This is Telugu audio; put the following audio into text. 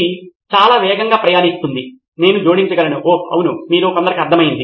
ఇది చాలా వేగంగా ప్రయాణిస్తుంది నేను జోడించగలను ఓహ్ అవును మీలో కొందరుకు అర్థమైంది